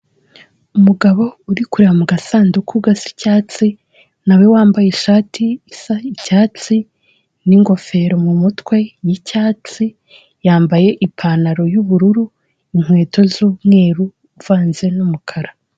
Umugabo uri kureba mu gasanduku gasa icyatsi, na we wambaye ishati isa icyatsi n'ingofero mu mutwe y'icyatsi, yambaye ipantaro y'ubururu, inkweto z'umweru uvanze n'umukara.